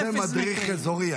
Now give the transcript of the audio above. אתה עושה מדריך אזורי,